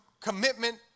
commitment